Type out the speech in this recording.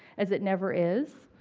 as it never is.